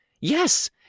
Yes